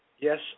Yes